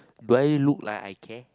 do I look like I care